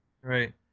Right